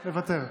מוותר,